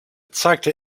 zeigte